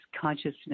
consciousness